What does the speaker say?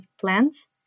plants